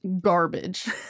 garbage